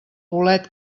bolet